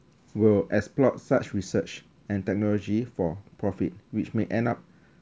will explore such research and technology for profit which may end up